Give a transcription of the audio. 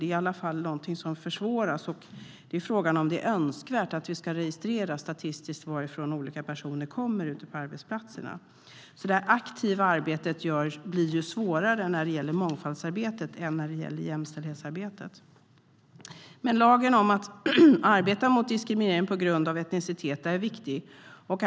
Det är i alla fall något som försvåras. Frågan är om det är önskvärt att registrera statistiskt varifrån olika personer kommer ute på arbetsplatserna. Det aktiva arbetet blir svårare för mångfaldsarbetet än för jämställdhetsarbetet. Lagen om att arbeta mot diskriminering på grund av etnicitet är viktig.